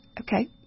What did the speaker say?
okay